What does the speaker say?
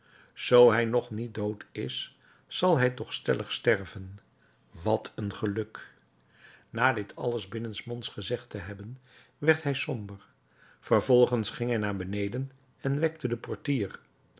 zoo hij nog niet dood is zal hij toch stellig sterven welk een geluk na dit alles binnensmonds gezegd te hebben werd hij somber vervolgens ging hij naar beneden en wekte den portier